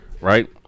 right